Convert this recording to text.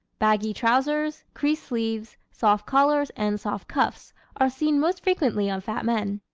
baggy trousers, creased sleeves, soft collars and soft cuffs are seen most frequently on fat men.